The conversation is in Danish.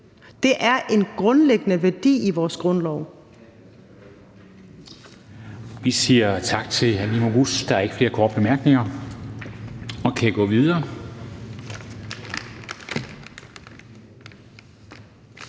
Det er en grundlæggende værdi i vores grundlov.